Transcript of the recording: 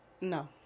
no